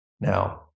now